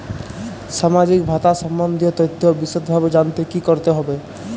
সামাজিক ভাতা সম্বন্ধীয় তথ্য বিষদভাবে জানতে কী করতে হবে?